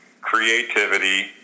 creativity